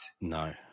no